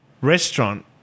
restaurant